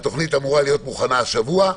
היא אמורה להיות מוכנה השבוע.